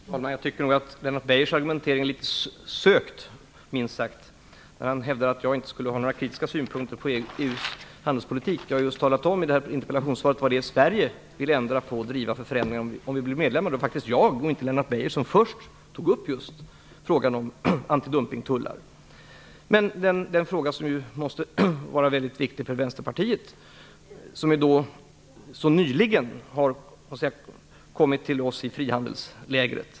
Herr talman! Jag tycker nog att Lennart Beijers argumentering är litet sökt, minst sagt. Han hävdar att jag inte skulle ha några kritiska synpunkter på EU:s handelspolitik, när jag just i mitt interpellationssvar har talat om vad det är Sverige vill ändra på och vilka frågor vi vill driva om Sverige blir medlem. Det var faktiskt jag och inte Lennart Beijer som först tog upp just frågan om antidumpningstullar, den fråga som måste vara väldigt viktig för Vänsterpartiet, som så nyligen har kommit över till oss i frihandelslägret.